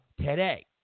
today